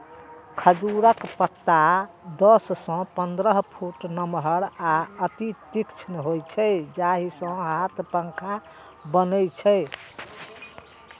खजूरक पत्ता दस सं पंद्रह फुट नमहर आ अति तीक्ष्ण होइ छै, जाहि सं हाथ पंखा बनै छै